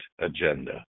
agenda